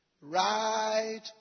Right